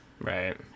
Right